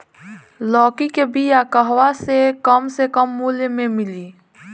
लौकी के बिया कहवा से कम से कम मूल्य मे मिली?